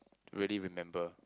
really remember